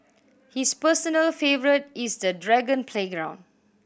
his personal favourite is the dragon playground